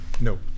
No